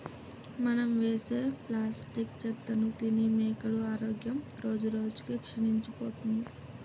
మనం వేసే ప్లాస్టిక్ చెత్తను తిని మేకల ఆరోగ్యం రోజురోజుకి క్షీణించిపోతుంది